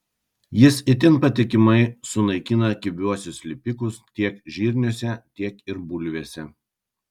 jis itin patikimai sunaikina kibiuosius lipikus tiek žirniuose tiek ir bulvėse